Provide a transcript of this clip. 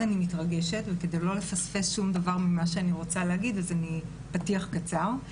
אני מתרגשת וכדי לא לפספס שום דבר פתיח קצר: